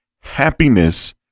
Happiness